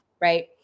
right